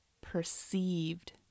perceived